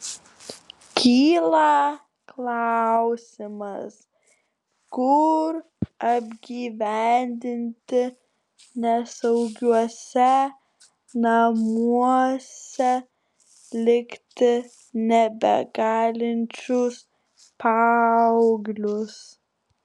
kyla klausimas kur apgyvendinti nesaugiuose namuose likti nebegalinčius paauglius